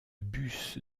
bus